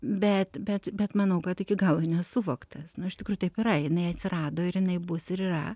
bet bet bet manau kad iki galo nesuvoktas nu iš tikrųjų taip yra jinai atsirado ir jinai bus ir yra